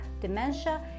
dementia